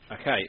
Okay